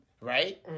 right